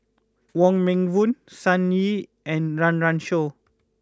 Wong Meng Voon Sun Yee and Run Run Shaw